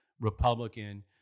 Republican